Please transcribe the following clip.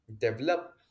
develop